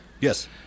Yes